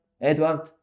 Edward